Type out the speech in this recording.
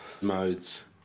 modes